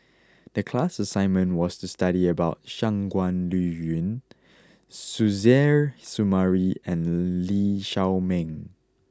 the class assignment was to study about Shangguan Liuyun Suzairhe Sumari and Lee Shao Meng